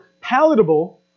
palatable